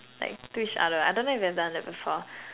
like to each other I don't know if you have done that before